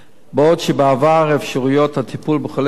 בעוד שבעבר אפשרויות הטיפול בחולי סרטן